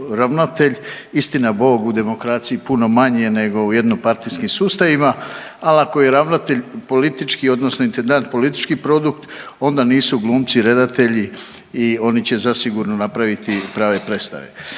ravnatelj, istina Bog u demokraciji puno manje nego u jednopartijskim sustavima, al ako je ravnatelj politički odnosno intendant politički produkt onda nisu glumci redatelji i oni će zasigurno napraviti prave predstave.